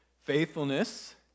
Faithfulness